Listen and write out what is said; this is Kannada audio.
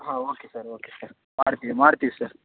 ಹಾಂ ಓಕೆ ಸರ್ ಓಕೆ ಸರ್ ಮಾಡ್ತೀವಿ ಮಾಡ್ತೀವಿ ಸರ್